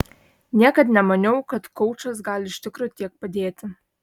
niekad nemaniau kad koučas gali iš tikro tiek padėti